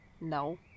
No